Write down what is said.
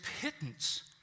pittance